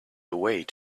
await